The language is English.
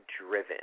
driven